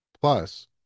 Plus